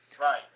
right